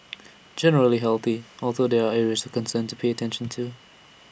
generally healthy although there are areas concern to pay attention to